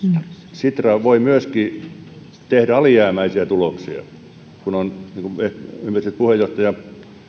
sitra voi tehdä alijäämäisiä tuloksia niin kuin esimerkiksi puheenjohtaja